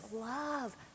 love